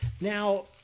Now